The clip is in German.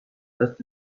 erst